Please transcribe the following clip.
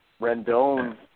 Rendon